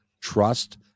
trust